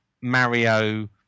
Mario